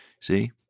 See